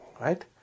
right